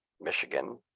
Michigan